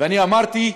ואני אמרתי: